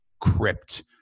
crypt